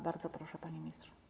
Bardzo proszę, panie ministrze.